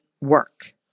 work